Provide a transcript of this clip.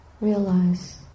realize